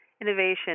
Innovation